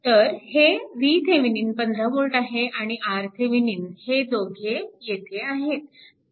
तर हे VThevenin 15V आहे आणि RThevenin हे दोघे येथे आहेत